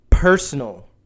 personal